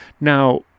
Now